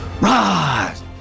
rise